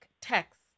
text